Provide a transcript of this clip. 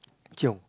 chiong